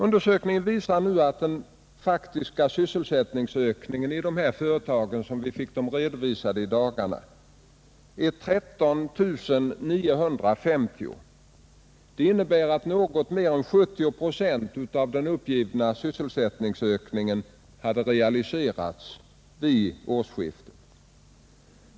Undersökningen visar nu att den faktiska sysselsättningsökningen i dessa företag är 13.950. Det innebär att något mer än 70 procent av den uppgivna sysselsättningsökningen hade realiserats vid årsskiftet.